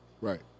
Right